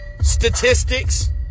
statistics